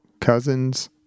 Cousins